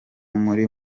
muri